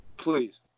please